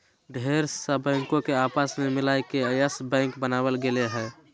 ढेर सा बैंको के आपस मे मिलाय के यस बैक बनावल गेलय हें